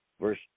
Verse